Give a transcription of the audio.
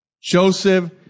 Joseph